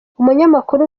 umunyamakuru